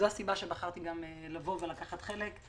זו הסיבה שבחרתי לבוא ולקחת חלק,